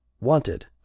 wanted